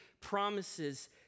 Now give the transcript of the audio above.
promises